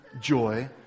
joy